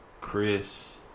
Chris